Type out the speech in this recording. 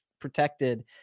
protected